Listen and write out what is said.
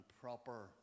proper